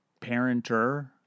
parenter